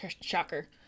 Shocker